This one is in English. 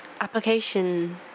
application